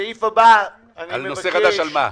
הסעיף הבא, אני מבקש --- נושא חדש על מה?